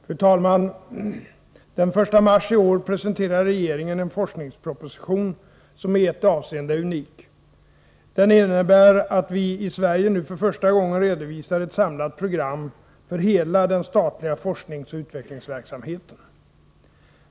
Fru talman! Den 1 marsi år presenterade regeringen en forskningsproposition som i ett avseende är unik. Den innebär att vi i Sverige nu för första gången redovisar ett samlat program för hela den statliga forskningsoch utvecklingsverksamheten.